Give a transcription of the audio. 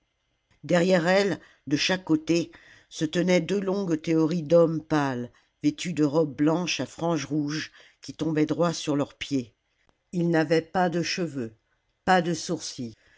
derrière elle de chaque côté se tenaient deux longues théories d'hommes pâles vêtus de robes blanches à franges rouges qui tombaient droit sur leurs pieds ils n'avaient pas de cheveux pas de sourcils